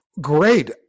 great